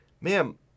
ma'am